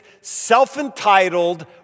self-entitled